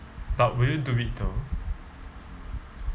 but will you do it though